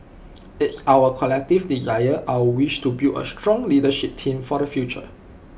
it's our collective desire our wish to build A strong leadership team for the future